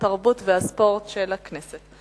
התרבות והספורט של הכנסת.